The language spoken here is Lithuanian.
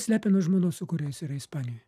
slepia nuo žmonos su kuria jis yra ispanijoj